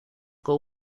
con